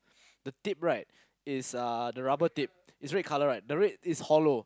the tip right is uh the rubber tip is red colour right the red is hollow